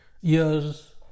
years